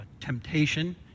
temptation